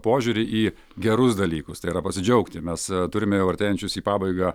požiūrį į gerus dalykus tai yra pasidžiaugti mes turime jau artėjančius į pabaigą